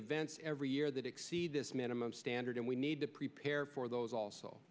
events every year that exceed this minimum standard and we need to prepare for those also